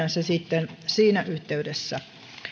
se sitten siinä yhteydessä